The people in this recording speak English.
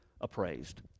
appraised